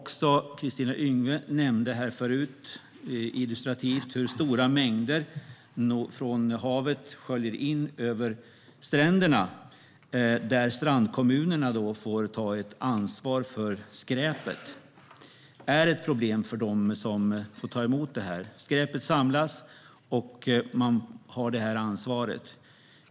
Kristina Yngwe nämnde tidigare illustrativt hur stora mängder avfall från havet sköljer in över stränderna, och strandkommunerna får ta ansvar för skräpet. Det är ett problem för dem. Skräpet samlas, och de får ta ansvaret.